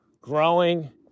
growing